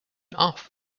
off